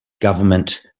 government